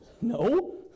no